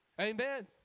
Amen